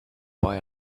buy